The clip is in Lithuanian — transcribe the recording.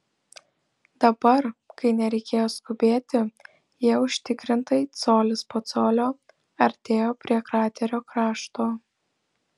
dabar kai nereikėjo skubėti jie užtikrintai colis po colio artėjo prie kraterio krašto